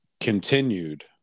continued